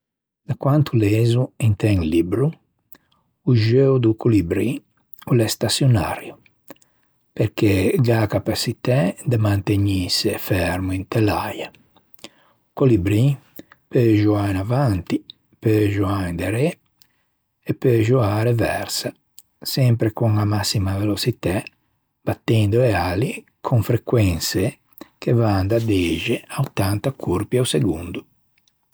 Da quanto lezo inte un libbro, o xeuo do colibrì o l'é staçionario perché gh'é a capaçitæ de mantegnîse fermo inte l'äia. O colibrì o peu xeuâ in avanti, o peu xeuâ inderê e o peu xeuâ a-a reversa, sempre con a mascima veloçitæ battendo e ali con frequense che van da dexe à ottanta corpi a-o segondo.